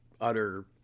utter